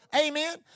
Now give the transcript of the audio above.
Amen